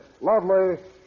lovely